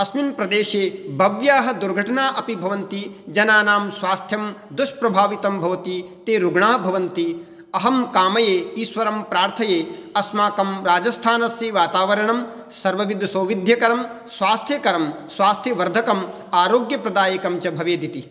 अस्मिन् प्रदेशे बह्व्यः दुर्घटनाः अपि भवन्ति जनानां स्वास्थ्यं दुष्प्रभावितं भवति ते रुग्णाः भवन्ति अहं कामये ईश्वरं प्रार्थये अस्माकं राजस्थानस्य वातावरणं सर्वविधसौविद्ध्यकरं स्वास्थ्यकरं स्वास्थ्यवर्धकम् आरोग्यप्रदायकं च भवेद् इति